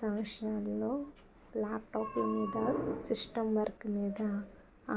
ఇటీవల సంవత్సరంలో ల్యాప్టాప్ మీద సిస్టం వర్క్ మీద